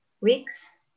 weeks